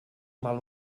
mal